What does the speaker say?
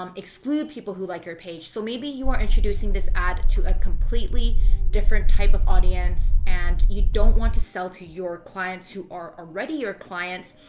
um exclude people who like your page. so maybe you are introducing this ad to a completely different type of audience and you don't want to sell to your clients who are already your clients,